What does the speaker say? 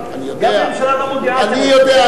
גם אם הממשלה לא מודיעה אני יודע,